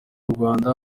rwanda